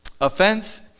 Offense